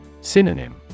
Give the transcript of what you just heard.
Synonym